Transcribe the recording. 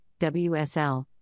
WSL